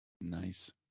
Nice